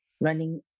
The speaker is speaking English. running